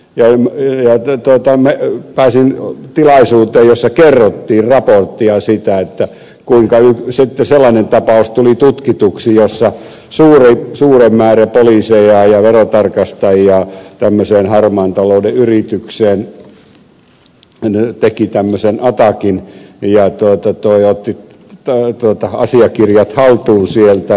ja yhä työtämme ei pääse pääsin tilaisuuteen jossa kerrottiin raporttia siitä kuinka sellainen tapaus tuli tutkituksi jossa suuri määrä poliiseja ja verotarkastajia tämmöisen harmaan talouden yritykseen teki tämmöisen atakin ja otti asiakirjat haltuun sieltä